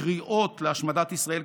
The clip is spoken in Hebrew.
קריאות להשמדת ישראל,